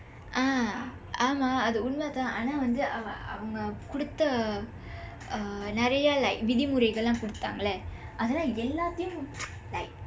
ah ஆமா அது உண்மை தான் ஆனா வந்து அவங்க கொடுத்த:aamaa athu unmai thaan aanaa vandthu avangka koduththa uh நிறைய:niraiya like விதிமுறைகள் எல்லாம் கொடுத்தாங்கள அத எல்லாவற்றையும்:vithimuraikal ellaam koduththaangkala atha ellaavarraiyum like